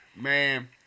Man